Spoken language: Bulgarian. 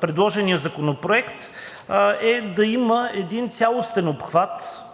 предложения законопроект, са да има един цялостен и